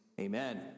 Amen